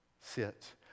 sit